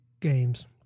games